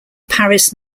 paris